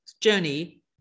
Journey